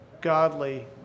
godly